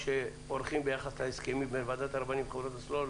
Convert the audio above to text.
שעורכים ביחס להסכמים בין ועדת הרבנים וחברות הסלולר,